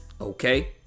Okay